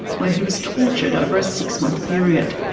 where he was tortured over a six-month period.